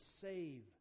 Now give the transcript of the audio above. save